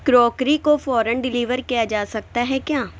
crockery کو فوراً deliver کیا جا سکتا ہے کیا